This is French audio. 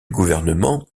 gouvernement